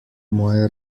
moje